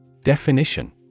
Definition